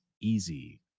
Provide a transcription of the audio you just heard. easy